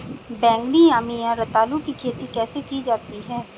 बैगनी यामी या रतालू की खेती कैसे की जाती है?